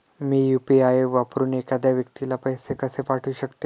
मी UPI वापरून एखाद्या व्यक्तीला पैसे कसे पाठवू शकते?